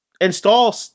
install